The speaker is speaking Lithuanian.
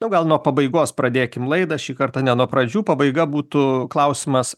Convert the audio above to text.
nu gal nuo pabaigos pradėkim laidą šį kartą ne nuo pradžių pabaiga būtų klausimas